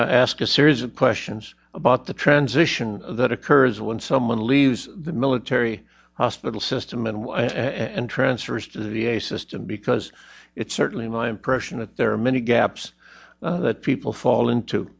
ask a series of questions about the transition that occurs when someone leaves the military hospital system and and transfers to v a system because it's certainly my impression that there are many gaps that people fall into